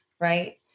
right